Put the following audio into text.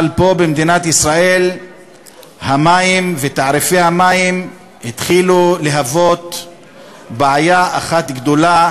אבל פה במדינת ישראל המים ותעריפי המים התחילו להוות בעיה אחת גדולה